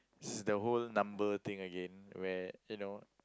it's the whole number thing again where you know